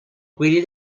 quelli